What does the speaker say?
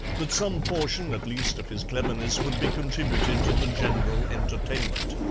that some portion at least of his cleverness would be contributed to the general entertainment.